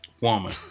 woman